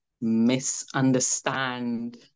misunderstand